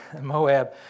Moab